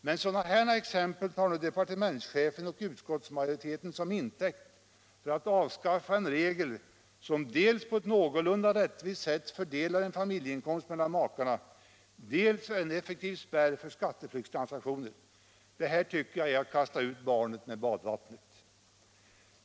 Men sådana exempel har nu departementschefen och utskottsmajoriteten tagit som intäkt för att avskaffa en regel, som dels på ett någorlunda rättvist sätt fördelar en familjeinkomst mellan makarna, dels är en effektiv spärr för skatteflyktstransaktioner. Detta tycker jag är att kasta ut barnet med badvattnet.